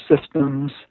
systems